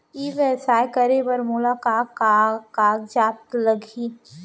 ई व्यवसाय करे बर मोला का का कागजात लागही?